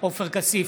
עופר כסיף,